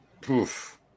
poof